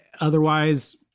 otherwise